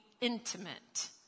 intimate